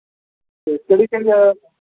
ਅਤੇ ਕਿਹੜੀ ਕਿਹੜੀ